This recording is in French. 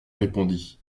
répondit